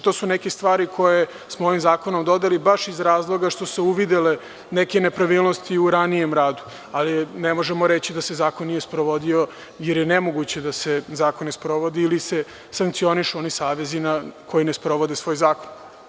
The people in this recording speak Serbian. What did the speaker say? To su neke stvari koje smo ovim zakonom dodali baš iz razloga što smo uvideli neke nepravilnosti u ranijem radu, ali ne možemo reći da se zakon nije sprovodio, jer je nemoguće da se zakon ne sprovodi ili se sankcionišu oni savezi koji ne sprovode svoj zakon.